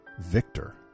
victor